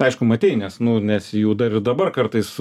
aišku matei nes nu nes jų dar ir dabar kartais